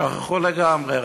שכחו לגמרי.